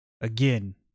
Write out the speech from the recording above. Again